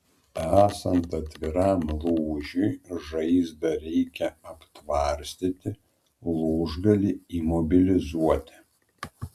esant atviram lūžiui žaizdą reikia aptvarstyti lūžgalį imobilizuoti